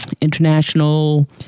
International